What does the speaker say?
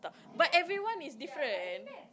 but everyone is different